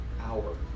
hour